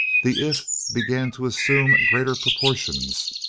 the if began to assume greater proportions,